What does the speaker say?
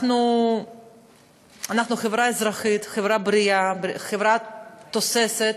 אנחנו חברה אזרחית, חברה בריאה, חברה תוססת,